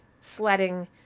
sledding